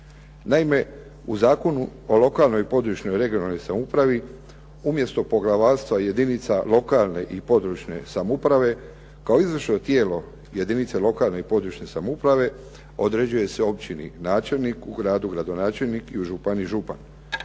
Naime, u Zakonu o lokalnoj i područnoj regionalnoj samoupravi umjesto poglavarstva i jedinica lokalne i područne samouprave kao izvršno tijelo jedinice lokalne i područne samouprave određuje se općini načelnik, u gradu gradonačelnik i u županiji župan.